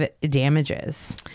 damages